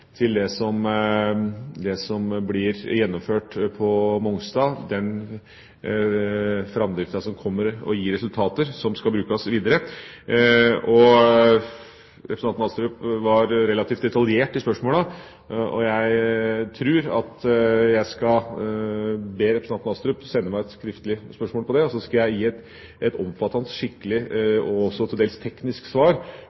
det som blir gjennomført på Mongstad – den framdriften som kommer, og gir resultater som skal brukes videre. Representanten Astrup var relativt detaljert i spørsmålene, og jeg tror jeg skal be ham sende meg et skriftlig spørsmål, og så skal jeg gi et omfattende, skikkelig